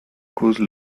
cause